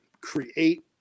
create